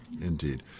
Indeed